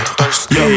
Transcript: thirsty